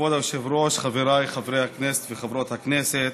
כבוד היושבת-ראש, חבריי חברי הכנסת וחברות הכנסת,